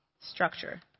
structure